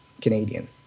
Canadian